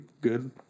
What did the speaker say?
good